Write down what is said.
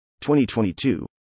2022